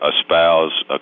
espouse